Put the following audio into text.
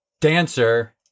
Dancer